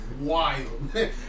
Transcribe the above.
wild